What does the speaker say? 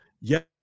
yes